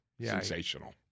sensational